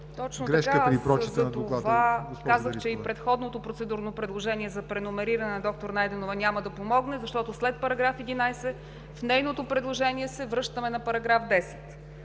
Точно така. Затова казах, че и предходното процедурно предложение за преномериране на доктор Найденова няма да помогне, защото след § 11 в нейното предложение се връщаме на § 10.